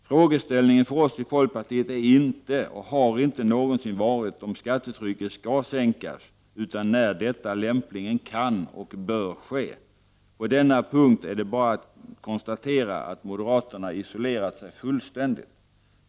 Frågeställningen för oss i folkpartiet är inte och har inte någonsin varit om skattetrycket skall sänkas utan när detta lämpligen kan och bör ske. På denna punkt är det bara att konstatera att moderaterna isolerat sig fullständigt.